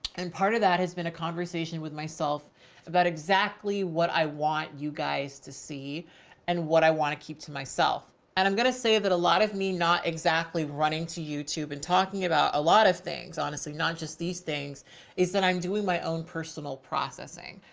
and part of that has been a conversation with myself about exactly what i want you guys to see and what i want to keep to myself. and i'm going to say that a lot of me, not exactly running to youtube and talking about a lot of things, honestly, not just these things is that i'm doing my own personal processing.